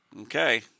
Okay